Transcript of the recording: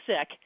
sick